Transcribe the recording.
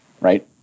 right